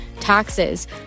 taxes